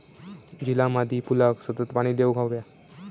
झिला मादी फुलाक सतत पाणी देवक हव्या